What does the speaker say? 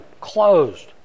closed